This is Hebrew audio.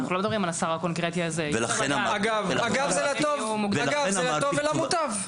אגב, זה לטוב ולמוטב.